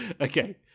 Okay